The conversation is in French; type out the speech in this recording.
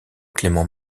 clément